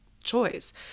choice